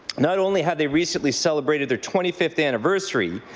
not only have they recently celebrated their twenty fifth anniversary,